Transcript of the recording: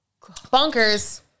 Bonkers